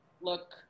look